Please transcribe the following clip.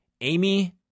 Amy